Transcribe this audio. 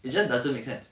it just doesn't make sense